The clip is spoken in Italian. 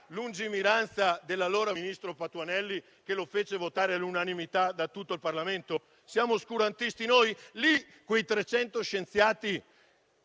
lungimiranza dell'allora ministro Patuanelli, che lo fece votare all'unanimità da tutto il Parlamento? Siamo oscurantisti noi? Lì, a quei 300 scienziati